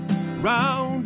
Round